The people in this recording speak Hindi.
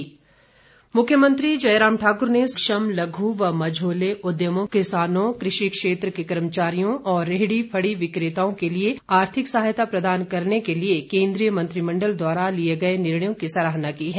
मुख्यमंत्री मुख्यमंत्री जयराम ठाकुर ने सूक्ष्म लघु व मध्यम उद्योगों किसानों कृषि क्षेत्र के कर्मचारियों और रेहडी फड़ी विक्रेताओं के लिए आर्थिक सहायता प्रदान करने के लिए केंद्रीय मंत्रिमंडल द्वारा लिए गए निर्णयों की सराहना की है